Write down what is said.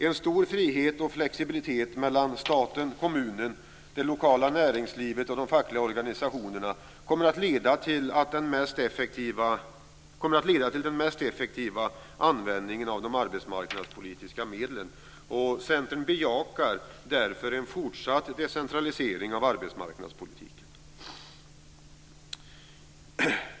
En stor frihet och flexibilitet mellan staten, kommunen, det lokala näringslivet och de fackliga organisationerna kommer att leda till den mest effektiva användningen av de arbetsmarknadspolitiska medlen. Centern bejakar därför en fortsatt decentralisering av arbetsmarknadspolitiken. Fru talman!